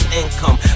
income